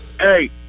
Hey